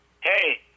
Hey